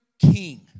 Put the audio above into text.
king